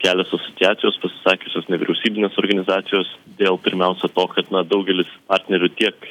kelios asociacijos pasisakiusios nevyriausybinės organizacijos dėl pirmiausia to kad daugelis partnerių tiek